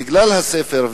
בגלל הספר,